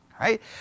Right